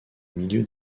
milieu